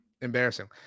embarrassing